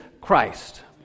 Christ